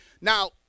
Now